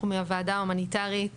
אנחנו מהוועדה ההומניטרית